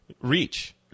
reach